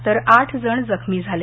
तर आठजण जखमी झाले